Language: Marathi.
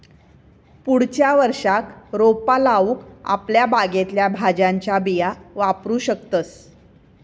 पुढच्या वर्षाक रोपा लाऊक आपल्या बागेतल्या भाज्यांच्या बिया वापरू शकतंस